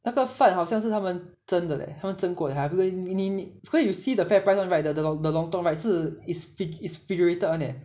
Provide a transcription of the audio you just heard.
那个饭好像是他们蒸的 leh 他们蒸过了还不会你你 because you see the FairPrice [one] right the the the lontong right 是 it's it's refrigerated [one] leh